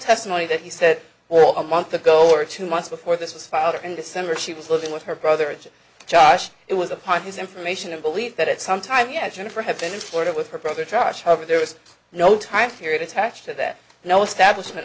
testimony that he said or a month ago or two months before this was filed in december she was living with her brother josh it was upon his information and belief that at some time and jennifer have been in florida with her brother trust her there was no time period attached to that now establishment